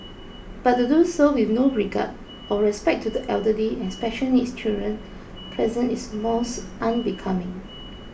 but to do so with no regard or respect to the elderly and special needs children present is most unbecoming